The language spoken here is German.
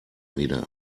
wieder